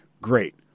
Great